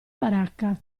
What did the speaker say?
baracca